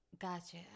Gotcha